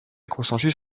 consensus